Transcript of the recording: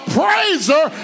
praiser